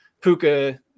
puka